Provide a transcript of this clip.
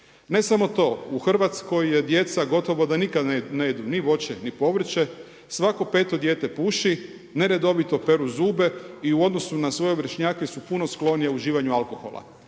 Ne samo to. U Hrvatskoj djeca gotovo da nikada ne jedu ni voće ni povrće, svako 5 dijete puši, neredovito peru zube i u odnosu na svoje vršnjake su puno sklonije uživanju alkohola.